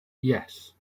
yes